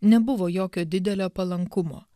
nebuvo jokio didelio palankumo